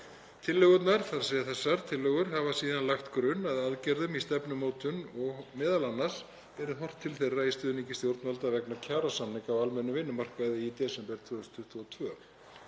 fleira. Þessar tillögur hafa síðan lagt grunn að aðgerðum í stefnumótun og er m.a. horft til þeirra í stuðningi stjórnvalda vegna kjarasamninga á almennum vinnumarkaði í desember 2022.